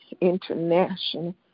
international